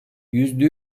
yüzde